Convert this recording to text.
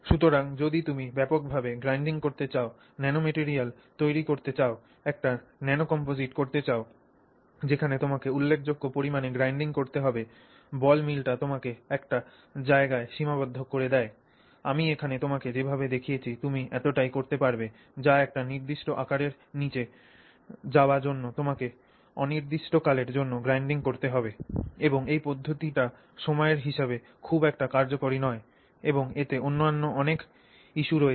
সুতরাং যদি তুমি ব্যাপক ভাবে গ্রাইন্ডিং করতে চাও ন্যানোম্যাটেরিয়াল তৈরি করতে চাও একটি ন্যানো কম্পোজিট করতে চাও যেখানে তোমাকে উল্লেখযোগ্য পরিমাণে গ্রাইন্ডিং করতে হবে বল মিলটি তোমাকে একটি জায়গায় সীমাবদ্ধ করে দেয় আমি এখানে তোমাকে যেভাবে দেখিয়েছি তুমি এতটাই করতে পারবে বা একটি নির্দিষ্ট আকারের নীচে যাওয়া জন্য তোমাকে অনির্দিষ্টকালের জন্য গ্রাইন্ডিং করতে হবে এবং এই পদ্ধতিটি সময়ের হিসাবে খুব একটা কার্যকরী নয় এবং এতে অন্যান্য অনেক ইস্যু রয়েছে